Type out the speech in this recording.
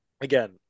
again